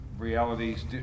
realities